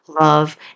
love